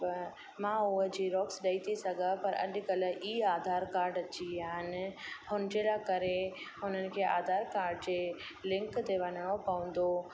व मां उहा जीरोक्स ॾेई थी सघा पर अजकल्ह ई आधार काड अची विया इन हुनजे करे उन्हनि खे आधार काड जे लिंक ते वञिणो पवंदो